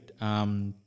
right